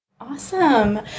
Awesome